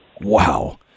Wow